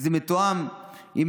שזה מתואם עם